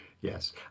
Yes